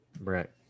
Right